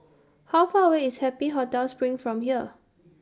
How Far away IS Happy Hotel SPRING from here